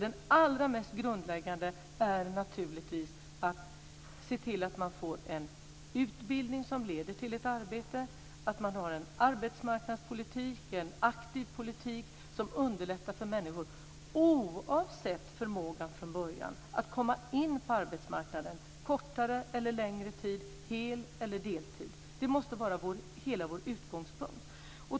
Det allra mest grundläggande är naturligtvis att se till att man får en utbildning som leder till ett arbete och att man har en arbetsmarknadspolitik, en aktiv politik, som underlättar för människor, oavsett förmågan från början, att komma in på arbetsmarknaden. Det kan vara kortare eller längre tid, hel eller deltid. Det måste vara hela vår utgångspunkt.